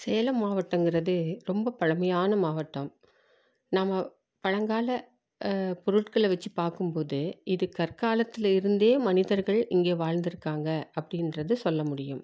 சேலம் மாவட்டங்கிறது ரொம்ப பழமையான மாவட்டம் நாம பழங்கால பொருட்களை வச்சு பார்க்கும் போது இது கற்காலத்துலேருந்தே மனிதர்கள் இங்கே வாழ்ந்துருக்காங்க அப்படின்றது சொல்ல முடியும்